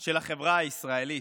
של החברה הישראלית,